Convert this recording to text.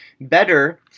Better